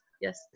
yes